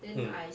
mm